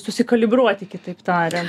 susikalibruoti kitaip tariant